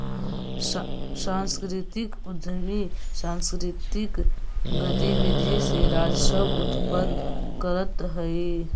सांस्कृतिक उद्यमी सांकृतिक गतिविधि से राजस्व उत्पन्न करतअ हई